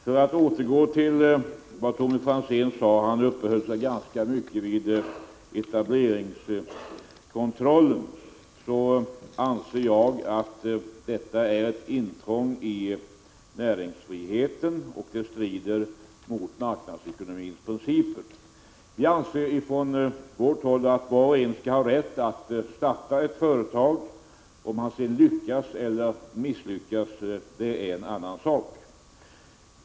För att återgå till det Tommy Franzén sade — han uppehöll sig ganska mycket vid etableringskontrollen — anser jag att denna är ett intrång i näringsfriheten och strider mot marknadsekonomins principer. Vi moderater anser att var och en skall ha rätt att starta ett företag. Om han sedan lyckas eller misslyckas är en annan sak.